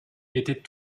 était